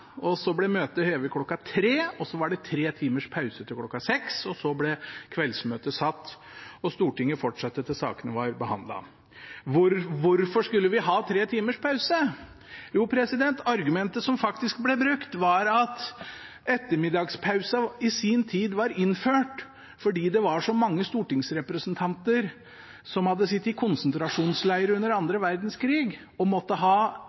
dag. Så ble møtet hevet kl. 15, og det var tre timers pause til kl. 18, og så ble kveldsmøtet satt, og Stortinget fortsatte til sakene var behandlet. Hvorfor skulle vi ha tre timers pause? Jo, argumentet som faktisk ble brukt, var at ettermiddagspausen i sin tid var innført fordi det var så mange stortingsrepresentanter som hadde sittet i konsentrasjonsleir under annen verdenskrig og måtte ha